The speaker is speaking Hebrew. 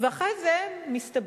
ואחרי זה מסתבר,